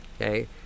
Okay